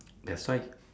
that's why